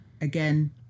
again